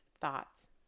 thoughts